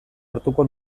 hartuko